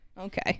okay